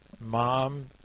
mom